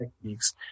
techniques